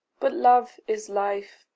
but love is life.